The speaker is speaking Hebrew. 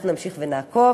אנחנו נמשיך ונעקוב.